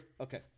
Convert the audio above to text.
Okay